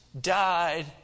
died